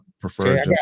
prefer